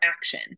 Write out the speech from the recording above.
action